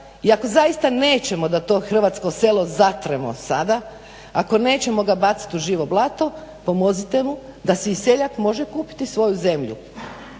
i ako zaista nećemo da to hrvatsko selo zatremo sada, ako nećemo ga baciti u živo blato pomozite mu da si i seljak može kupiti svoju zemlju,